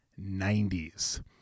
90s